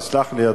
תסלח לי,